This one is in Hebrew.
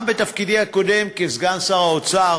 בתפקידי הקודם כסגן שר האוצר